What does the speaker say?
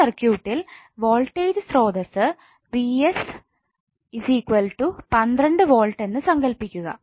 ഈ സർക്യൂട്ടിൽ വോൾട്ടേജ് സ്രോതസ്സ് 𝑣𝑠 12 V എന്ന് സങ്കൽപ്പിക്കുക